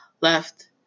left